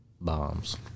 bombs